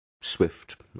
Swift